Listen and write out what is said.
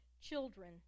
Children